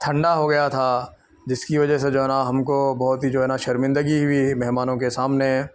تھنڈا ہو گیا تھا جس کی وجہ سے جو ہے نا ہم کو بہت ہی جو ہے نا شرمندگی ہوئی مہمانوں کے سامنے